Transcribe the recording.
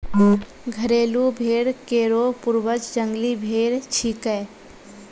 घरेलू भेड़ केरो पूर्वज जंगली भेड़ छिकै